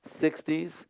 60s